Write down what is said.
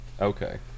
Okay